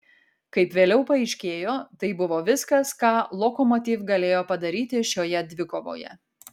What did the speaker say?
kaip vėliau paaiškėjo tai buvo viskas ką lokomotiv galėjo padaryti šioje dvikovoje